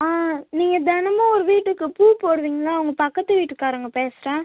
ஆ நீங்கள் தினமும் ஒரு வீட்டுக்கு பூ போடுவீங்களே அவங்க பக்கத்து வீட்டுக்காரவங்க பேசுகிறேன்